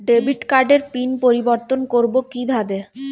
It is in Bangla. ডেবিট কার্ডের পিন পরিবর্তন করবো কীভাবে?